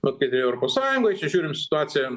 vat kad ir europos sąjungoj čia žiūrim situaciją